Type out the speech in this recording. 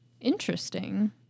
Interesting